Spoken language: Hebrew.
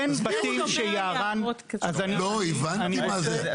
אין בתים שיערן --- הבנתי מה זה,